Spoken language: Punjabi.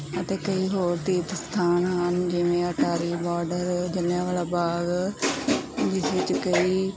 ਅਤੇ ਕਈ ਹੋਰ ਤੀਰਥ ਸਥਾਨ ਹਨ ਜਿਵੇਂ ਅਟਾਰੀ ਬਾਰਡਰ ਜਲ੍ਹਿਆਂਵਾਲਾ ਬਾਗ ਜਿਸ ਵਿੱਚ ਕਈ